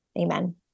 Amen